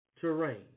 terrain